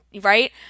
right